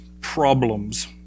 problems